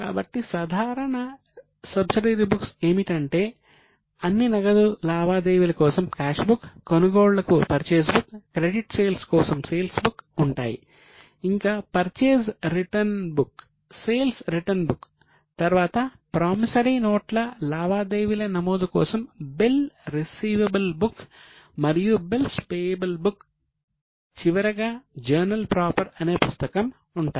కాబట్టి సాధారణ subsidiary books అనే పుస్తకం ఉంటాయి